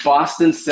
Boston